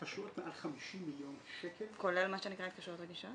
התקשרויות מעל 50 מיליון שקל --- כולל מה שנקרא התקשרויות רגישות?